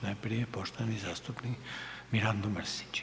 Najprije poštovani zastupnik Mirando Mrsić.